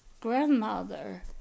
grandmother